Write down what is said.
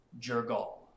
Jergal